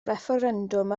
refferendwm